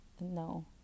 no